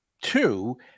Two